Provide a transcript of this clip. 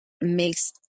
makes